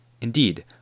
Indeed